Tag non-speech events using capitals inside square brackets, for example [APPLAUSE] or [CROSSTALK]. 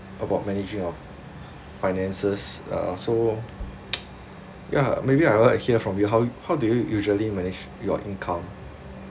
about managing of finances uh so [NOISE] yeah maybe I would like to hear from you how how do you usually manage your income